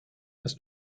hast